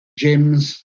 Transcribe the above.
gyms